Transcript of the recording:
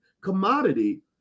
commodity